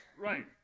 right